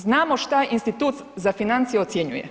Znamo šta Institut za financije ocjenjuje.